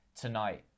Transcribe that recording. tonight